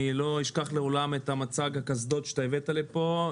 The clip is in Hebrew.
אני לא אשכח לעולם את מצג הקסדות שהבאת לפה,